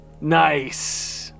Nice